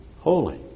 holy